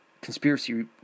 conspiracy